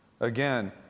Again